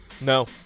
No